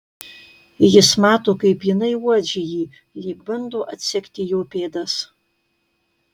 jis mato kaip jinai uodžia jį lyg bando atsekti jo pėdas